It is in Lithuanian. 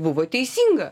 buvo teisinga